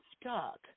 stuck